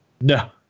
No